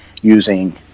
using